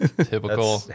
typical